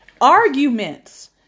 Arguments